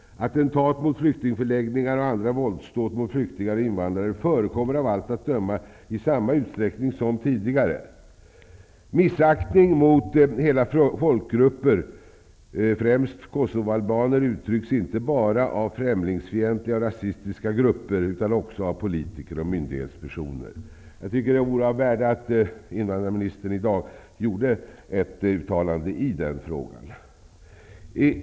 Attentat mot flyktingförläggningar och andra våldsdåd mot flyktingar och invandrare förekommer av allt att döma i samma utsträckning som tidigare. Missaktning mot hela folkgrupper, främst kosovoalbaner, uttrycks inte bara av främlingsfientliga och rasistiska grupper, utan också av politiker och myndighetspersoner. Det vore värdefullt om invandrarministern i dag gjorde ett uttalande i den frågan.